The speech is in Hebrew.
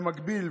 במקביל,